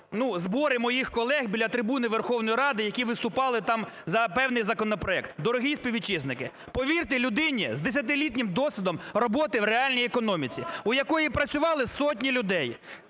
збори моїх колег біля трибуни Верховної Ради, які виступали там за певний законопроект. Дорогі співвітчизники! Повірте людині з 10-літнім досвідом роботи в реальній економіці, у якої працювали сотні людей.